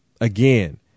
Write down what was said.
Again